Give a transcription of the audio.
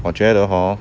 我觉得 hor